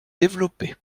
développée